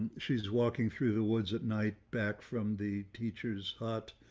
she's walking through the woods at night back from the teacher's heart,